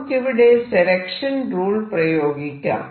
നമുക്കിവിടെ selection rule പ്രയോഗിക്കാം